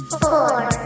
four